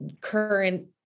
current